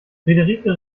friederike